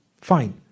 Fine